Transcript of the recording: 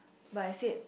but I said